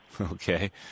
Okay